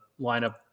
lineup